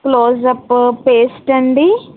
close up paste అండీ